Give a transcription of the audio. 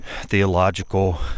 theological